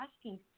asking –